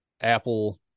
apple